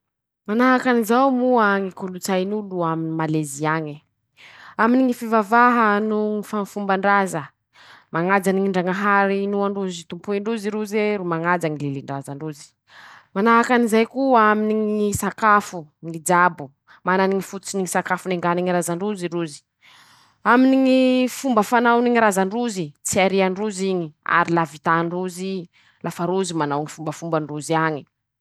Manahaky anizao moa ñy kolotsainy ñ'olo a malezy añe: -Aminy ñy fivavaha noho ñy f fomban-draza ,mañaja ñy ndrañahary inoandrozy tompoen-drozy roze ro mañaja ñy lilin-drazan-drozy ;manahaky anizay koa aminy ñy sakafo ,ñy jabo ,manany ñy fototsiny ñy sakafo nengany ñy razan-drozy rozy; aminy ñy fomba fanaony ñy razan-drozy ,tsy arian-drozy iñy ,ary la vitàn-drozy lafa rozy ro manao ñy fombafomban-drozy añy.